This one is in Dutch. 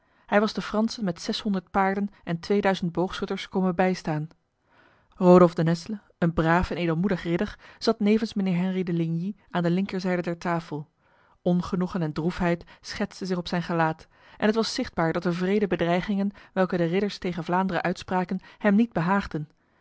hij was de fransen met zeshonderd paarden en tweeduizend boogschutters komen bijstaan rodolf de nesle een braaf en edelmoedig ridder zat nevens mijnheer henri de ligny aan de linkerzijde der tafel ongenoegen en droefheid schetste zich op zijn gelaat en het was zichtbaar dat de wrede bedreigingen welke de ridders tegen vlaanderen uitspraken hem niet behaagden